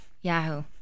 yahoo